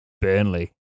Burnley